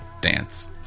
dance